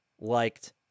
liked